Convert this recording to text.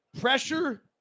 pressure